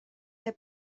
der